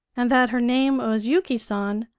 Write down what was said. and that her name was yuki san,